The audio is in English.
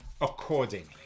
accordingly